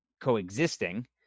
coexisting